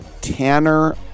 Tanner